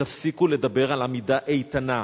תפסיקו לדבר על עמידה איתנה.